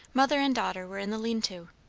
mother and daughter were in the lean-to.